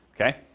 okay